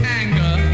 anger